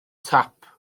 tap